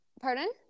Pardon